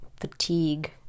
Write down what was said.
fatigue